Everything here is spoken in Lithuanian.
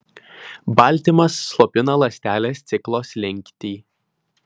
baltymas slopina ląstelės ciklo slinktį